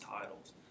titles